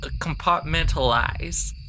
compartmentalize